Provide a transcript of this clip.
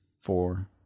four